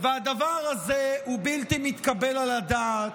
הדבר הזה הוא בלתי מתקבל על הדעת.